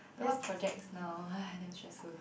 eh what projects now !hais! damn stressful